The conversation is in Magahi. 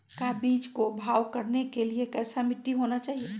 का बीज को भाव करने के लिए कैसा मिट्टी होना चाहिए?